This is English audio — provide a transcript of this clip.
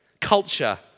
culture